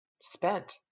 spent